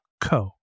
co